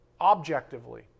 objectively